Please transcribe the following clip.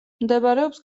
მდებარეობს